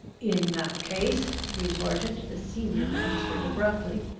in that case, retorted the senior magistrate abruptly,